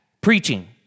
preaching